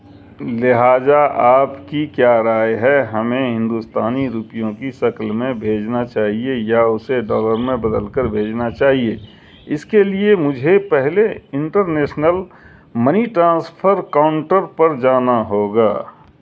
لہذا آپ کی کیا رائے ہے ہمیں ہندوستانی روپیوں کی شکل میں بھیجنا چاہیے یا اسے ڈالر میں بدل کر بھیجنا چاہیے اس کے لیے مجھے پہلے انٹرنیسنل منی ٹرانسفر کاؤنٹر پر جانا ہوگا